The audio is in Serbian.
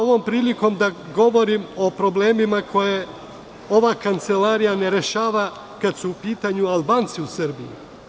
Ovom prilikom ću da govorim o problemima koje ova kancelarija ne rešava kad su u pitanju Albanci u Srbiji.